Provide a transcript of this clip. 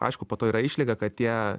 aišku po to yra išlyga kad tie